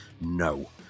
No